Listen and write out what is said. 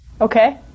Okay